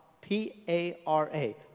P-A-R-A